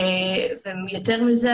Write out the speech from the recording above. ויותר מזה,